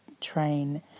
train